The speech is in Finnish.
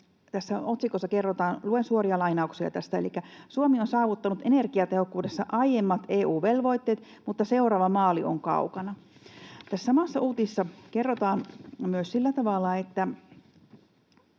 Tässä otsikossa kerrotaan: ”Suomi on saavuttanut energiatehokkuudessa aiemmat EU-velvoitteet, mutta seuraava maali on kaukana.” Tässä samassa uutisessa kerrotaan myös sillä tavalla, että